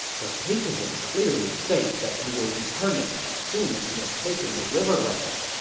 the paperwork clearly states that he will return it as soon as he has taken the riverlands,